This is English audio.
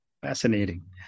Fascinating